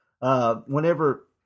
Whenever